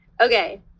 Okay